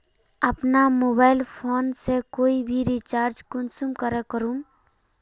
अपना mobile phone से कोई भी रिचार्ज कुंसम करे करूम?